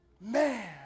Man